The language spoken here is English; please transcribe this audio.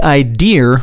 idea